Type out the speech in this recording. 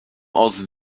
aus